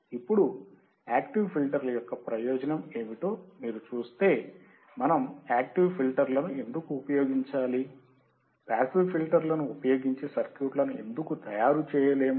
ఇప్పుడు యాక్టివ్ ఫిల్టర్ల యొక్క ప్రయోజనం ఏమిటో మీరు చూస్తే మనం యాక్టివ్ ఫిల్టర్లను ఎందుకు ఉపయోగించాలి పాసివ్ ఫిల్టర్లను ఉపయోగించి సర్క్యూట్లను ఎందుకు తయారు చేయలేము